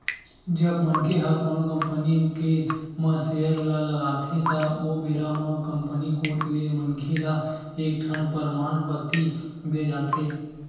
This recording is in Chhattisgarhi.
जब मनखे ह कोनो कंपनी के म सेयर ल लगाथे त ओ बेरा म कंपनी कोत ले मनखे ल एक ठन परमान पाती देय जाथे